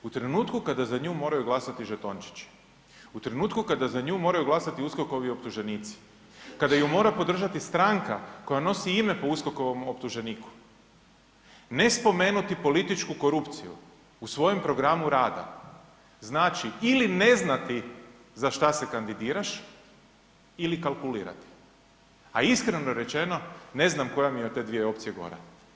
U trenutku kada za nju moraju glasati žetončići, u trenutku kada za nju moraju glasati USKOK-ovi optuženici, kada ju mora podržati stranka koja nosi ime po USKOK-ovom optuženiku, ne spomenuti političku korupciju u svojem programu rada znači ili ne znati za šta se kandidiraš ili kalkulirati, a iskreno rečeno ne znam koja mi je od te dvije opcije gora.